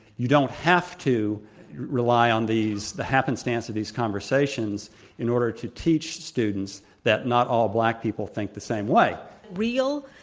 you don't have to have rely on these the happenstance of these conversations in order to teach students that not all black people think the same way. real,